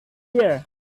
year